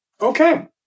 Okay